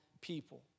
people